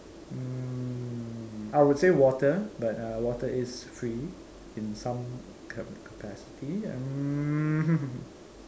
mm I would say water but uh water is free in some ca~ capacity mm